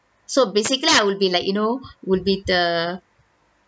so basically I would be like you know would be the